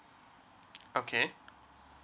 okay